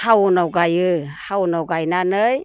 हावनाव गायो हावनाव गायनानै